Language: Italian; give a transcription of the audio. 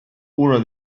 uno